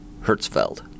Hertzfeld